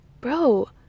bro